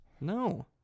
no